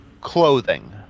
clothing